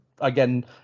again